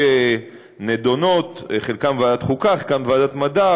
שנדונות חלקן בוועדת החוקה,